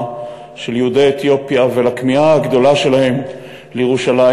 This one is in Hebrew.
של יהודי אתיופיה ועל הכמיהה הגדולה שלהם לירושלים,